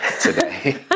today